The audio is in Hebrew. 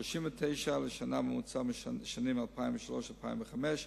39 לשנה בממוצע בשנים 2003 2005,